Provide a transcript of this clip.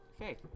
Okay